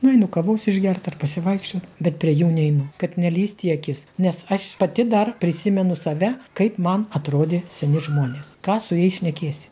nueinu kavos išgert ar pasivaikščiot bet prie jų neinu kad nelįst į akis nes aš pati dar prisimenu save kaip man atrodė seni žmonės ką su jais šnekėsi